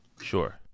Sure